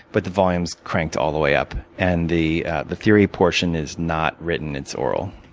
but the volume is cranked all the way up. and the the theory portion is not written, it's oral.